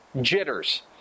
jitters